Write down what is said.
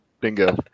Bingo